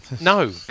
No